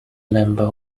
member